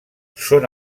són